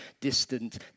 distant